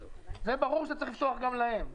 ברור שצריך לפתוח גם להם.